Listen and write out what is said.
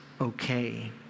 okay